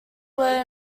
were